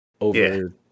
over